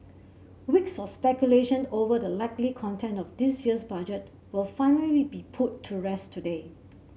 weeks of speculation over the likely content of this year's Budget will finally be put to rest today